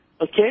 Okay